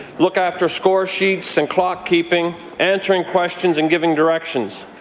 look after score sheets and clock-keeping, answering questions, and giving directions.